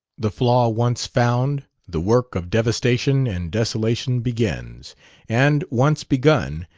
the flaw once found, the work of devastation and desolation begins and, once begun,